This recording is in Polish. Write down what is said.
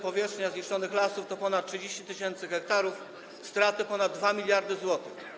Powierzchnia zniszczonych lasów to ponad 30 tys. ha, a straty to ponad 2 mld zł.